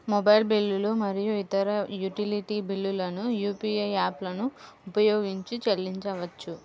mobile బిల్లులు మరియు ఇతర యుటిలిటీ బిల్లులను యూ.పీ.ఐ యాప్లను ఉపయోగించి చెల్లించవచ్చు